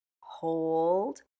hold